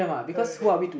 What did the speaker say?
everyday